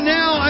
now